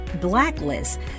blacklist